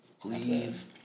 Please